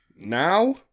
Now